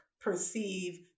perceive